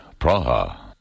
Praha